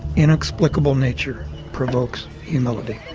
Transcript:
inexplicable nature provokes humility.